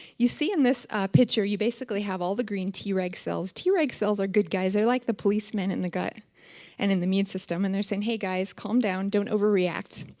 you see in this picture, you basically have all the green t-reg cells. t-reg cells are good guys. they're like the policeman in the gut and in the immune system, and they're saying, hey guys calm down, don't overreact.